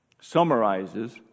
summarizes